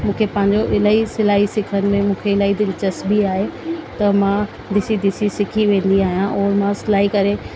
मूंखे पंहिंजो इलाही सिलाई सिखण में मूंखे इलाही दिलचस्पी आहे त मां ॾिसी ॾिसी सिखी वेंदी आहियां और मां सिलाई करे